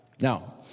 Now